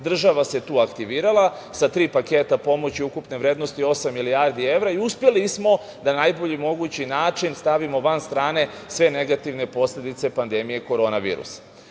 država se tu aktivirala sa tri paketa pomoći ukupne vrednosti osam milijardi evra i uspeli smo da najbolji mogući način stavimo van strane sve negativne posledice pandemije korona